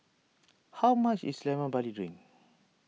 how much is Lemon Barley Drink